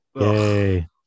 Yay